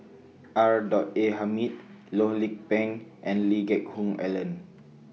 R A Hamid Loh Lik Peng and Lee Geck Hoon Ellen